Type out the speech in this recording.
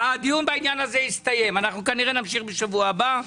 הדיון הסתיים, כנראה נמשיך בשבוע הבא.